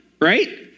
right